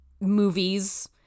Movies